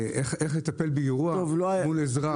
איך לטפל באירוע מול אזרח.